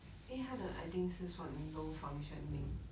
因为他的 I think 是算 low functioning